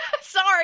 Sorry